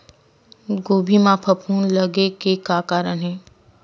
गोभी म फफूंद लगे के का कारण हे?